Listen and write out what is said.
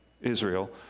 Israel